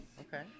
Okay